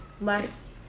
less